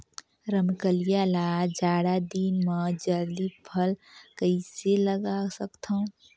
रमकलिया ल जाड़ा दिन म जल्दी फल कइसे लगा सकथव?